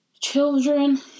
Children